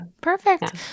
Perfect